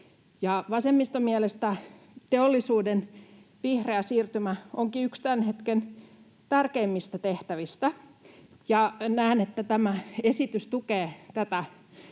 Vasemmiston mielestä teollisuuden vihreä siirtymä onkin yksi tämän hetken tärkeimmistä tehtävistä, ja näen, että tämä esitys tukee tätä